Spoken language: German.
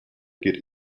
geht